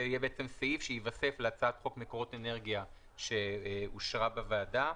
זה יהיה בעצם סעיף שיתווסף להצעת חוק מקורות אנרגיה שאושרה בוועדה: